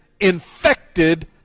infected